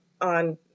on